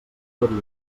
tot